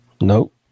Nope